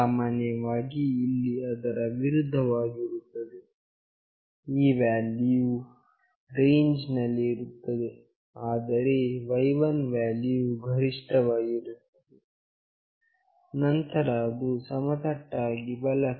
ಸಮಾನವಾಗಿ ಇಲ್ಲಿ ಅದರ ವಿರುದ್ಧವಾಗಿರುತ್ತದೆ ಈ ವ್ಯಾಲ್ಯೂವು ರೇಂಜ್ ನಲ್ಲಿರುತ್ತದೆ ಆದರೆ y1 ವ್ಯಾಲ್ಯೂವು ಗರಿಷ್ಠವಾಗಿರುತ್ತದೆ ನಂತರ ಅದು ಸಮತಟ್ಟಾಗಿ ಬಲಕ್ಕೆ